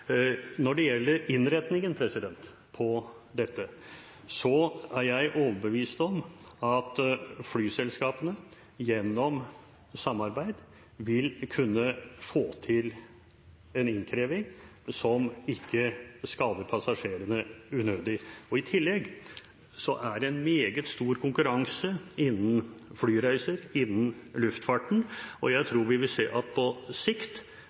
Når det gjelder innretningen på dette, er jeg overbevist om at flyselskapene gjennom samarbeid vil kunne få til en innkreving som ikke skader passasjerene unødig. I tillegg er det meget stor konkurranse innen flyreiser, innen luftfarten, og jeg tror vi vil se at på sikt